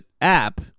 app